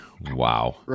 Wow